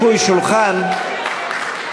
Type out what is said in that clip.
אז צריך לסבסד תרופות, אבל לא להפחית מע"מ.